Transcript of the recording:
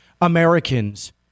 Americans